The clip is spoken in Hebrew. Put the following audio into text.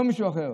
לא מישהו אחר.